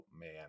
man